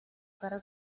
cara